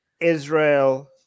Israel